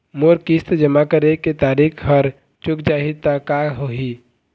मोर किस्त जमा करे के तारीक हर चूक जाही ता का होही?